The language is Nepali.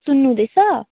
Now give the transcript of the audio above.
सुन्नु हुँदैछ